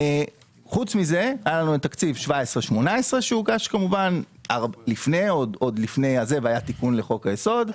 חוץ מזה היה תקציב 2017 ו-2018 שהוגש לפני והיה תיקון לחוק-היסוד.